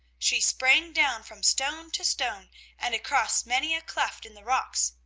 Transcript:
she sprang down from stone to stone and across many a cleft in the rocks,